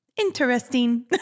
Interesting